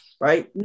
Right